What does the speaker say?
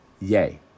yay